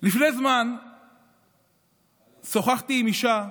לפני זמן שוחחתי עם אישה,